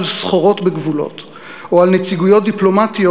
סחורות בגבולות או על נציגויות דיפלומטיות,